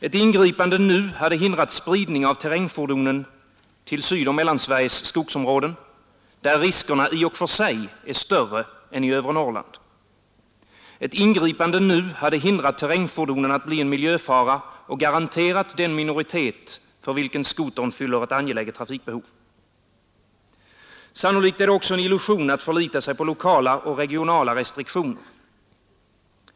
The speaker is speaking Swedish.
Ett ingripande nu hade hindrat spridning av terrängfordonen till Sydoch Mellansveriges skogsområden, där riskerna i och för sig är större än i övre Norrland. Ett ingripande nu hade hindrat terrängfordonen att bli en miljöfara och varit en garanti för den minoritet för vilken skotern fyller ett angeläget trafikbehov. Sannolikt är det också en illusion att förlita sig på lokala och regionala restriktioner.